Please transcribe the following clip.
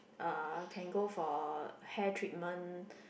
uh can go for hair treatment